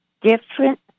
different